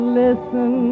listen